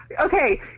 Okay